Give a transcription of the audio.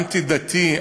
אנטי-דתי,